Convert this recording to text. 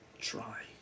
try